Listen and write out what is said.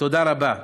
תודה רבה.